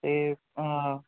ఏ